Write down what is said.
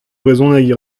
brezhoneg